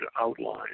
outline